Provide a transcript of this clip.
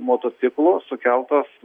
motociklų sukeltos